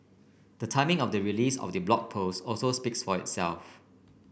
the timing of the release of the Blog Post also speaks for itself